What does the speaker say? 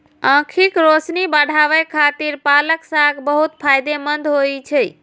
आंखिक रोशनी बढ़ाबै खातिर पालक साग बहुत फायदेमंद होइ छै